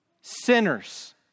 sinners